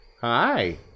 Hi